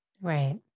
Right